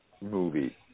movie